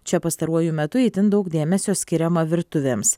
čia pastaruoju metu itin daug dėmesio skiriama virtuvėms